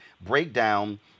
breakdown